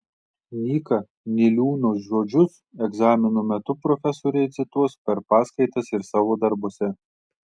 nyka niliūno žodžius egzamino metu profesoriai cituos per paskaitas ir savo darbuose